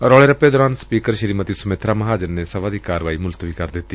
ਰੌਲੇ ਰੱਪੇ ਦੌਰਾਨ ਸਪੀਕਰ ਸ੍ਰੀਮਤੀ ਸੁਮਿਤਰਾ ਮਹਾਜਨ ਨੇ ਸਭਾ ਦੀ ਕਾਰਵਾਈ ਮੁਲਤਵੀ ਕਰ ਦਿੱਡੀ